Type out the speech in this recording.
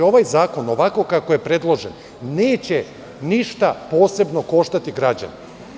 Ovaj zakon, ovako kako je predložen, neće ništa posebno koštati građane.